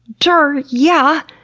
dur, yeah!